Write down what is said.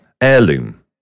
heirloom